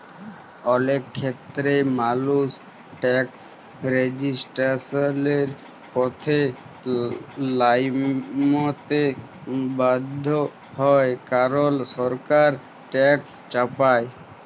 অলেক খ্যেত্রেই মালুস ট্যাকস রেজিসট্যালসের পথে লাইমতে বাধ্য হ্যয় কারল সরকার ট্যাকস চাপায়